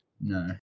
No